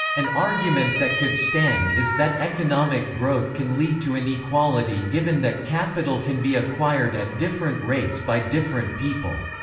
an argument that could stand is that economic growth can lead to inequality given that capital can be acquired at different rates by different people.